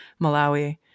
Malawi